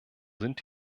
sind